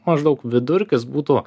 maždaug vidurkis būtų